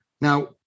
Now